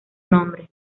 nombre